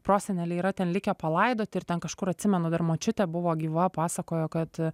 proseneliai yra ten likę palaidoti ir ten kažkur atsimenu dar močiutė buvo gyva pasakojo kad